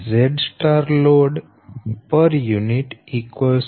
46 j 1